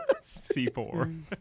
C4